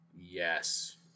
Yes